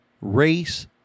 race